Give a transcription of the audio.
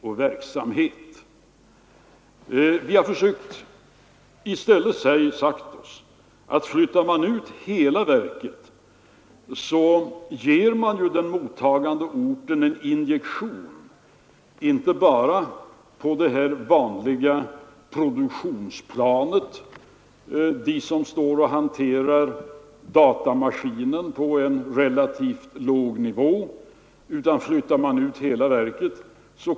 Vi har i stället försökt säga oss att flyttar man ut hela verket, så ger man ju den mottagande orten en injektion inte bara på det vanliga produktionsplanet — de som står och hanterar datamaskinen på en relativt låg nivå — utan hela skalan av tjänstemän kommer med.